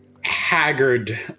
haggard